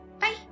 Bye